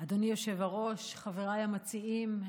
אדוני היושב-ראש, חברי המציעים,